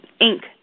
Inc